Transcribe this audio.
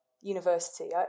University